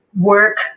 work